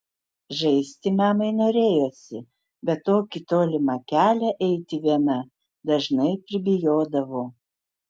žaisti mamai norėjosi bet tokį tolimą kelią eiti viena dažnai pribijodavo